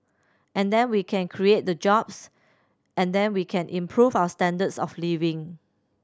and then we can create the jobs and then we can improve our standards of living